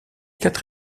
quatre